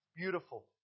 Beautiful